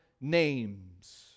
names